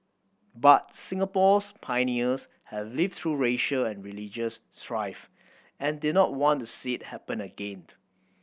but Singapore's pioneers had lived through racial and religious strife and did not want to see it happen again